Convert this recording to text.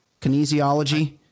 kinesiology